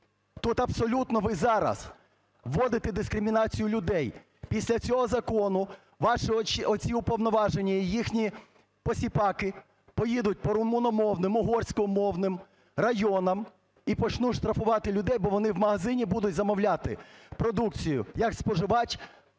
Тут абсолютно ви зараз вводите дискримінацію людей. Після цього закону ваші оці уповноважені і їхні посіпаки поїдуть по румуномовним, угорськомовним районам і почнуть штрафувати людей, бо вони в магазині будуть замовляти продукцію як споживач